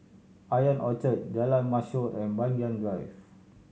Ion Orchard Jalan Mashhor and Banyan Drive